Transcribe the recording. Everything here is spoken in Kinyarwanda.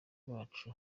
bacu